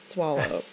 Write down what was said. Swallow